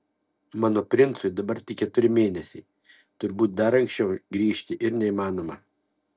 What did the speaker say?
mano princui dabar tik keturi mėnesiai turbūt dar anksčiau grįžti ir neįmanoma